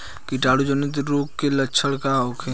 कीटाणु जनित रोग के लक्षण का होखे?